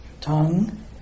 tongue